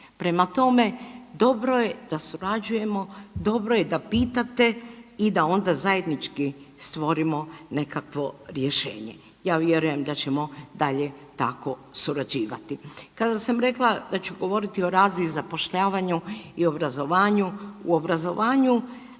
Prema tome, dobro je da surađujemo, dobro je da pitate i da onda zajednički stvorimo nekakvo rješenje. Ja vjerujem da ćemo dalje tako surađivati. Kada sam rekla da ću govoriti o radu i zapošljavanju i obrazovanju. U obrazovanju